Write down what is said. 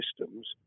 systems